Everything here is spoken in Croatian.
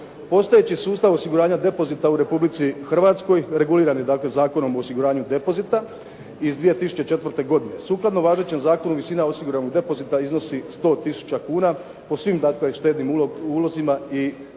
Postojeći sustav osiguranja depozita u Republici Hrvatskoj reguliran je dakle Zakonom o osiguranju depozita iz 2004. godine. Sukladno važećem zakonu visina osiguranog depozita iznosi 100000 kuna po svim dakle štednim ulozima i po